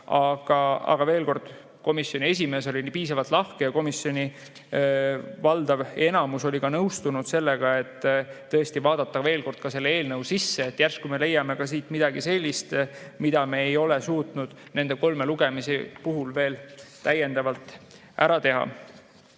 Aga komisjoni esimees oli piisavalt lahke ja komisjoni enamus oli nõustunud sellega, et tõesti tuleb vaadata veel kord selle eelnõu sisse, et järsku me leiame siit midagi sellist, mida me ei ole suutnud nende kolme lugemise puhul veel ära teha.